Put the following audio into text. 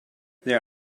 there